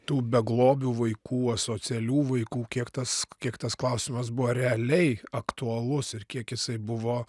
tų beglobių vaikų asocialių vaikų kiek tas kiek tas klausimas buvo realiai aktualus ir kiek jisai buvo